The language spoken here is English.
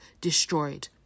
destroyed